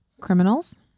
criminals